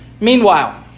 meanwhile